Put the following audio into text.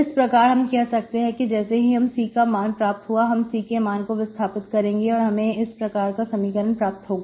इस प्रकार हम कह सकते हैं कि जैसे ही हमें C का मान प्राप्त हुआ हम C के मान को विस्थापित करेंगे और हमें इस प्रकार का समीकरण प्राप्त होगा